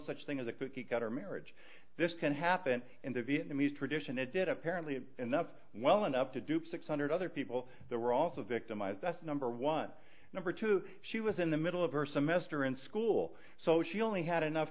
such thing as a cookie cutter marriage this can happen in the vietnamese tradition it did apparently enough well enough to dupe six hundred other people that were also victimized number one number two she was in the middle of her semester in school so she only had enough